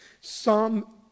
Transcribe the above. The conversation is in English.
Psalm